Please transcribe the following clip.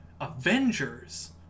Avengers